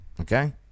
okay